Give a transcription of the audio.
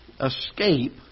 escape